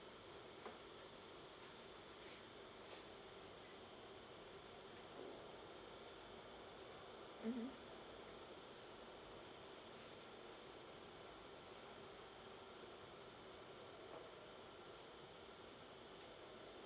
mmhmm